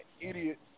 idiot